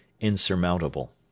insurmountable